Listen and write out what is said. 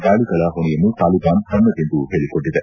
ದಾಳಿಗಳ ಹೊಣೆಯನ್ನು ತಾಲಿಬಾನ್ ತನ್ನದೆಂದು ಹೇಳಿಕೊಂಡಿದೆ